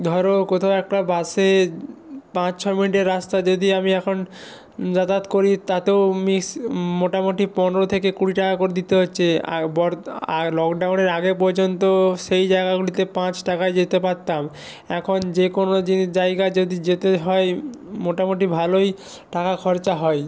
ধর কোথাও একটা বাসে পাঁচ ছ মিনিটের রাস্তা যদি আমি এখন যাতায়াত করি তাতেও মিশ মোটামুটি পনেরো থেকে কুড়ি টাকা করে দিতে হচ্ছে বর্ত লকডাউনের আগে পর্যন্ত সেই জায়গাগুলিতে পাঁচ টাকায় যেতে পারতাম এখন যে কোনো যে জায়গা যদি যেতে হয় মোটামুটি ভালোই টাকা খরচা হয়